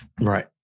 right